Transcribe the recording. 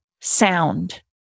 sound